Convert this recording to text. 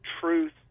truth